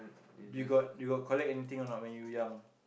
you got you got collect anything or not when you young